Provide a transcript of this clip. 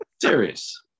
serious